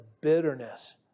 bitterness